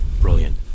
Brilliant